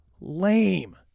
lame